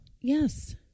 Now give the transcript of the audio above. Yes